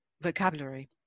vocabulary